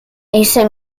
ese